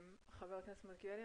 חבר הכנסת מלכיאלי,